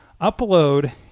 upload